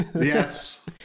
Yes